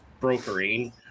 brokering